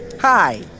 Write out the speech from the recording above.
Hi